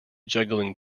juggling